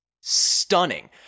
stunning